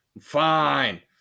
Fine